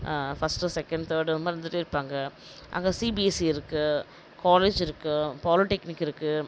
first second third இந்தமாதிரி இருந்துட்டே இருப்பாங்க அங்கே சிபிஎஸ்சி இருக்குது காலேஜ் இருக்குது பாலிடெக்னிக் இருக்குது